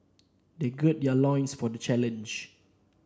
they gird their loins for the challenge